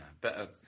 better